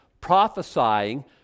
prophesying